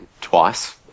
twice